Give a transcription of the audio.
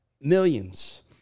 millions